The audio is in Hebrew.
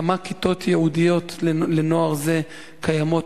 כמה כיתות ייעודיות לנוער זה קיימות